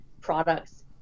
products